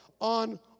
on